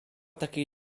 takiej